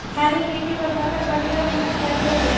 काली मिट्टी पर फसल बढ़िया उन्नत कैसे होला?